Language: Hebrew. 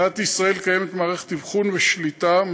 במדינת ישראל קיימת מערכת אבחון ושליטה,